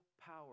power